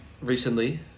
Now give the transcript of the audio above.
recently